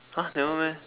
!huh! never meh